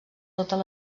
totes